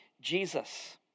Jesus